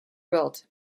built